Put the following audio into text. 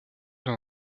dans